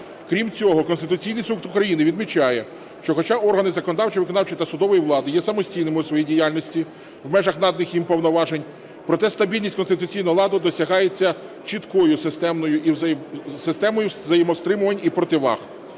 Крім цього, Конституційний Суд України відмічає, що хоча органи законодавчої, виконавчої та судової влади є самостійними у своїй діяльності в межах наданих їм повноважень, проте стабільність конституційного ладу досягається чіткою системою взаємостримувань і противаг.